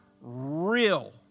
real